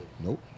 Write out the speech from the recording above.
Nope